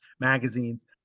magazines